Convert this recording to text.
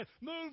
Move